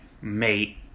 mate